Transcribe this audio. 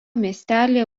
miestelyje